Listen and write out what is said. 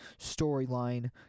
storyline